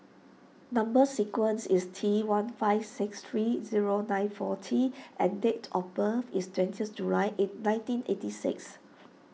Number Sequence is T one five six three zero nine four T and date of birth is twentieth July eight nineteen eighty six